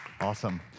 Awesome